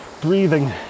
breathing